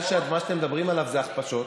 בגלל שמה שאתם מדברים עליו זה הכפשות.